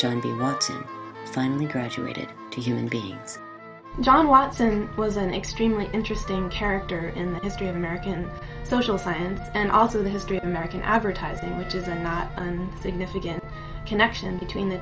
to finally graduated to human beings john watson was an extremely interesting character in the history of american social science and also the history of american advertising which is an odd and significant connection between the